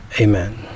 Amen